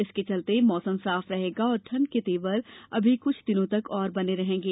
इसके चलते मौसम साफ रहेगा और ठंड के तेवर अभी कुछ दिनों तक और बने रहेंगे